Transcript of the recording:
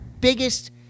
biggest